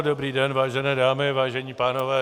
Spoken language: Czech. Dobrý den, vážené dámy, vážení pánové.